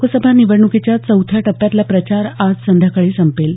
लोकसभा निवडण्कीच्या चौथ्या टप्प्यातला प्रचार आज संध्याकाळी संपेल